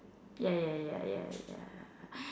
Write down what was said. ya ya ya ya ya